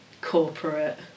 corporate